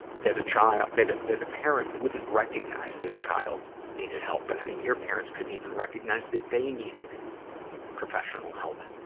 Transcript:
that a child, that a, that a parent wouldn't recognize that a child needed help. but, i mean, your parents couldn't even recognize that they needed professional help.